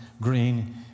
green